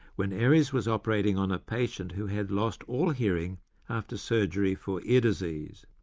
when eyries was operating on a patient who had lost all hearing after surgery for ear disease.